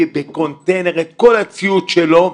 הביא בקונטיינר את כל הציוד שלו,